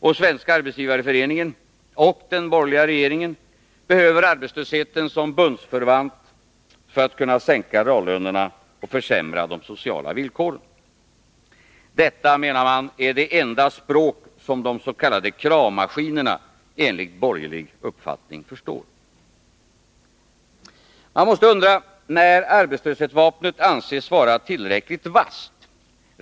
Och Svenska arbetsgivareföreningen — och den borgerliga regeringen — behöver arbetslösheten som bundsförvant för att sänka reallönerna och försämra de sociala villkoren. Detta är det enda språk som de s.k. kravmaskinerna enligt borgerlig uppfattning förstår. Man måste undra när arbetslöshetsvapnet anses vara tillräckligt vasst.